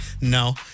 No